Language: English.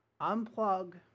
unplug